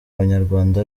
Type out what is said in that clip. banyarwanda